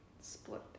split